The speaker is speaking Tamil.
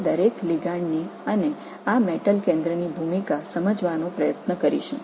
அந்த ஒவ்வொரு லிகாண்ட் மற்றும் இந்த உலோக மையத்தின் ஒவ்வொன்றின் பங்கையும் புரிந்து கொள்ள முயற்சிப்போம்